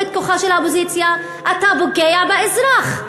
את כוחה של האופוזיציה אתה פוגע באזרח.